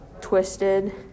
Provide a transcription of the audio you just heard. twisted